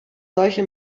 solche